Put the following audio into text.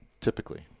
typically